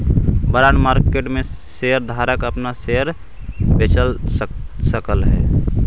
bond market में share धारक अपना शेयर बेच सकऽ हई